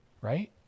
right